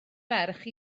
ferch